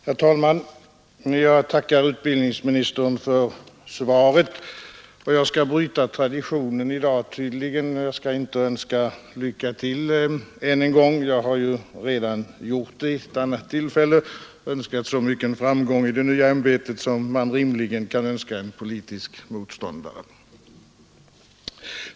Herr talman! Jag tackar utbildningsministern för svaret. Och jag skall bryta traditionen i dag — jag skall inte önska lycka till än en gång, ty jag har redan vid ett annat tillfälle önskat så mycken framgång i det nya ämbetet som man rimligen kan önska en politisk motståndare.